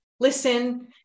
listen